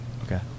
okay